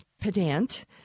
pedant